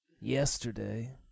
yesterday